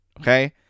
okay